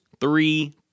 three